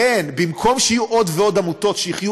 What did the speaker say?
זו עמותה שיכולה לחלק דיבידנדים?